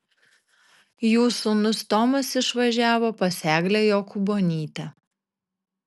jų sūnus tomas išvažiavo pas eglę jokūbonytę